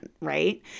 right